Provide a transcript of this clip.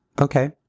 Okay